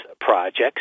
projects